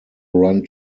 run